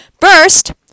First